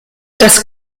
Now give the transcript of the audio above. das